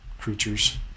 creatures